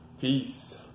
peace